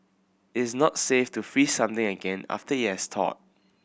is not safe to freeze something again after it has thawed